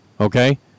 Okay